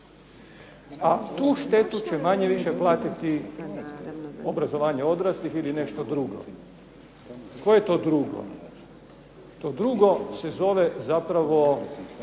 A tu štetu će manje-više platiti obrazovanje odraslih ili nešto drugo. Koje to drugo? To drugo se zove zapravo